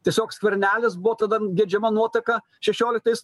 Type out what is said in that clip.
tiesiog skvernelis buvo tada geidžiama nuotaka šešioliktais